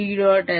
n होय